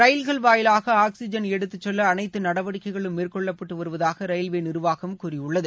ரயில்கள் வாயிலாக ஆக்ஸிஜன் எடுத்துச் செல்ல அனைத்து நடவடிக்கைகளும் மேற்கொள்ளப்பட்டு வருவதாக ரயில்வே நிர்வாகம் கூறியுள்ளது